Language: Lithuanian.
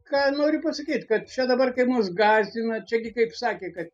ką noriu pasakyt kad čia dabar kai mus gąsdina čiagi kaip sakė kad